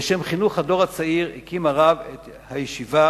לשם חינוך הדור הצעיר הקים הרב את הישיבה